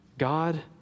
God